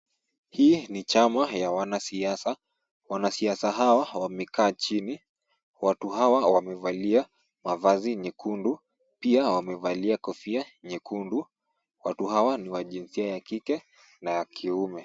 Hii ni chama ya wanasiasa, wanasiasa hawa wamekaa chini. Watu hawa wamevalia mavazi nyekundu, pia wamevalia kofia nyekundu. Watu hawa ni wa jinsia ya kike na ya kiume.